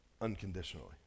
unconditionally